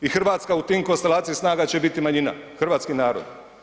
I Hrvatska u tim konstalacijama snaga će biti manjina, hrvatski narod.